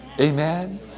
Amen